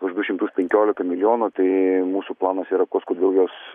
už du šimtus penkiolika milijonų tai mūsų planas yra kuo skubiau juos